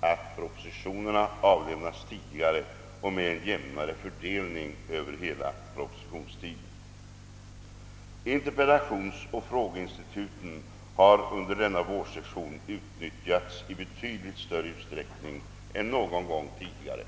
att propositionerna avlämnas tidigare och med en jämnare fördelning över hela propositionstiden. Interpellationsoch frågeinstituten har under denna vårsession utnyttjats i betydligt större utsträckning än någon gång tidigare.